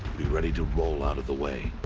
be ready to roll out of the way.